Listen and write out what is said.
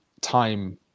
time